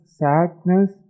sadness